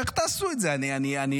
איך תעשו את זה, אני משתגע.